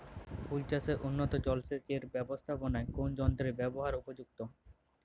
ফুলের চাষে উন্নত জলসেচ এর ব্যাবস্থাপনায় কোন যন্ত্রের ব্যবহার উপযুক্ত?